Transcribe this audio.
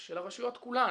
של הרשויות כולן.